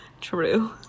True